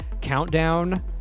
countdown